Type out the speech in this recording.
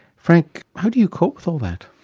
frank, how do you cope with all that?